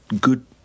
good